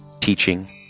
Teaching